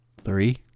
Three